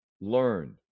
learn